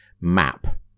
map